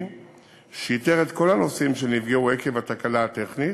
שאיתר את כל הנוסעים שנפגעו עקב התקלה הטכנית.